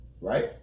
right